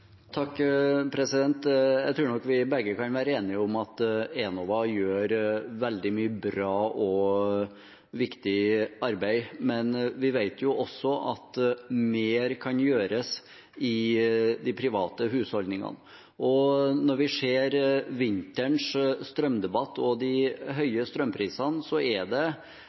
Jeg tror nok vi begge kan være enige om at Enova gjør veldig mye bra og viktig arbeid, men vi vet også at mer kan gjøres i de private husholdningene. Når vi ser vinterens strømdebatt og de høye strømprisene, er det